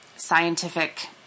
Scientific